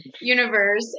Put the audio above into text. universe